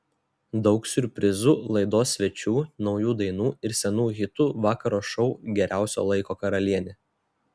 daug siurprizų laidos svečių naujų dainų ir senų hitų vakaro šou geriausio laiko karalienė